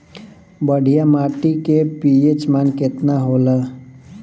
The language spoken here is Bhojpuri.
बढ़िया माटी के पी.एच मान केतना होला?